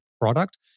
product